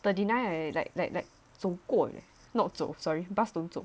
thirty nine like like like 走过 not 走 sorry bus don't 走